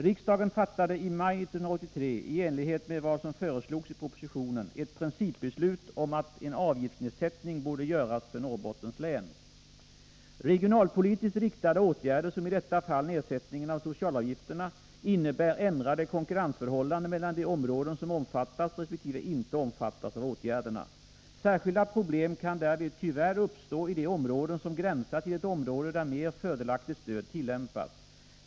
Riksdagen fattade i maj 1983 — i enlighet med vad som förslogs i propositionen — ett principbeslut om att en avgiftsnedsättning borde göras för Norrbottens län . Regionalpolitiskt riktade åtgärder — som i detta fall nedsättnigen av socialavgifterna — innebär ändrade konkurrensförhållanden mellan de områden som omfattas resp. inte omfattas av åtgärderna. Särskilda problem kan därvid tyvärr uppstå i de områden som gränsar till ett område där mer fördelaktigt stöd tillämpas.